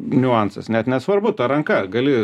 niuansas net nesvarbu ta ranka gali